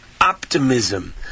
optimism